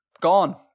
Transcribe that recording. Gone